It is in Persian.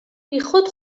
بیخود